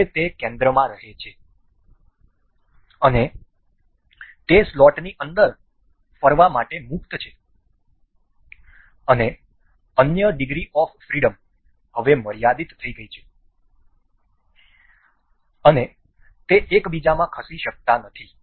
તેથી હવે તે કેન્દ્રમાં રહે છે અને તે સ્લોટની અંદર ફરવા માટે મુક્ત છે અને અન્ય ડિગ્રી ઓફ ફ્રિડમ હવે મર્યાદિત થઈ ગઈ છે અને તે એકબીજામાં ખસી શકતી નથી